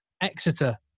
Exeter